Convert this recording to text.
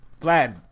Vlad